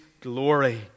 glory